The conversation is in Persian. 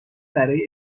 برای